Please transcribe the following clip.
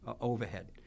Overhead